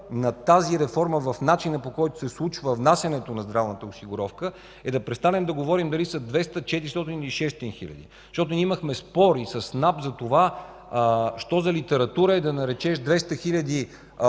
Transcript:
на тази реформа в начина, по който се случва внасянето на здравната осигуровка, е да престанем да говорим дали са 200, 400 или 600 хиляди. Имахме спор и с НАП за това що за литература е да наречеш 200 хиляди